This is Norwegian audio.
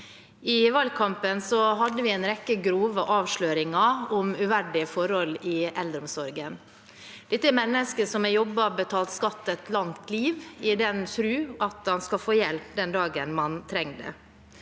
I valgkampen hadde vi en rekke grove avsløringer om uverdige forhold i eldreomsorgen. Dette er mennesker som har jobbet og betalt skatt i et langt liv, i den tro at man skal få hjelp den dagen man trenger